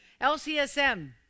LCSM